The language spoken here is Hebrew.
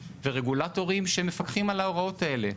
ורגולטורים שמפקחים על ההוראות האלה.